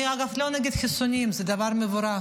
אני, אגב, לא נגד חיסונים, זה דבר מבורך.